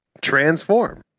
transform